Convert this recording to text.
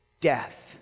Death